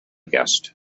guest